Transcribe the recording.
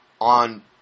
on